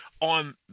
on